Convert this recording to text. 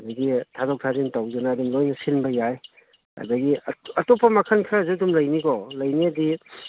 ꯑꯗꯒꯤ ꯊꯥꯗꯣꯛ ꯊꯥꯖꯤꯟ ꯇꯧꯗꯅ ꯑꯗꯨꯝ ꯂꯣꯏꯅ ꯁꯤꯟꯕ ꯌꯥꯏ ꯑꯗꯒꯤ ꯑꯇꯣꯞꯄ ꯃꯈꯟ ꯈꯔꯁꯨ ꯑꯗꯨꯝ ꯂꯩꯅꯤꯀꯣ ꯂꯩꯅꯦꯗꯤ